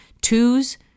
twos